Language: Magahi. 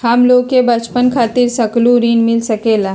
हमलोगन के बचवन खातीर सकलू ऋण मिल सकेला?